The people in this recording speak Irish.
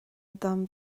dom